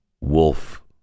wolf